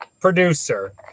producer